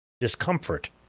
discomfort